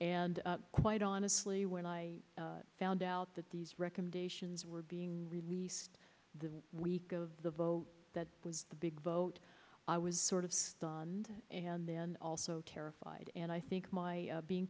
and quite honestly when i found out that these recommendations were being released the week of the vote that was the big vote i was sort of done and then also terrified and i think my being